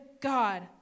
God